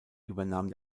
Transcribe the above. übernahm